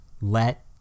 let